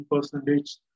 percentage